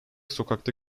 sokakta